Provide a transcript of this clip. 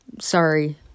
sorry